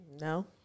No